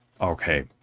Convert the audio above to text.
okay